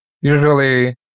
usually